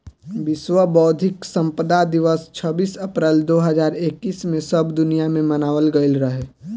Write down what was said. विश्व बौद्धिक संपदा दिवस छब्बीस अप्रैल दो हज़ार इक्कीस में सब दुनिया में मनावल गईल रहे